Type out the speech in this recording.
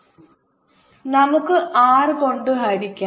I2 602110RV1RI2 60R2110R നമുക്ക് R കൊണ്ട് ഹരിക്കാം